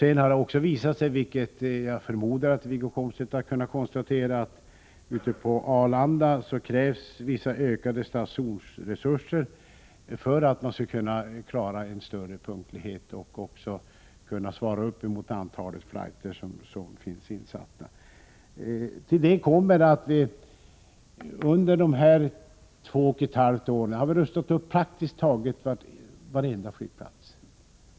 Det har också visat sig, som jag förmodar att Wiggo Komstedt har kunnat konstatera, att det på Arlanda krävs vissa ökade stationsresurser för att man där skall kunna klara en bättre punktlighet och svara upp mot det antal flighter som är insatta. Till detta kommer att praktiskt taget varenda flygplats har rustats upp under de senaste två och ett halvt åren.